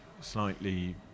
slightly